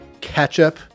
ketchup